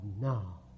now